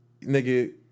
nigga